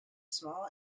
small